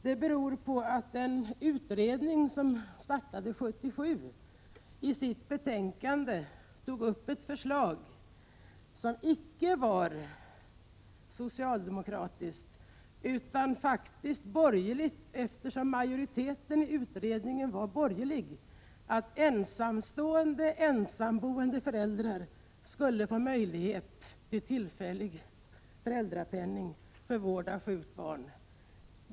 Den utredning som startade 1977 tog i sitt betänkande upp ett förslag, som icke var socialdemokratiskt utan faktiskt borgerligt, eftersom majoriteten i utredningen var borgerlig, att ensamstående ensamboende förälder skulle få möjlighet till tillfällig föräldrapenning för vård av sjukt barn.